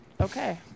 Okay